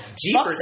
Jeepers